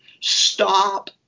stop